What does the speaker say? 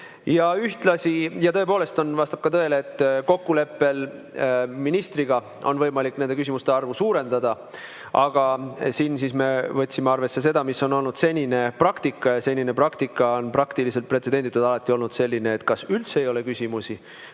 küsimus. Tõepoolest, vastab tõele, et kokkuleppel ministriga on võimalik nende küsimuste arvu suurendada. Aga siin me võtsime arvesse seda, mis on olnud senine praktika, ja senine praktika on praktiliselt pretsedenditult alati olnud selline, et kas üldse ei ole küsimusi